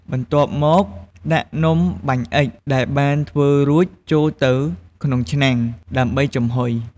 បន្ទាប់មក ដាក់នំបាញ់អុិចដែលបានធ្វើរួចចូលទៅក្នុងឆ្នាំង ដើម្បីចំហុយ។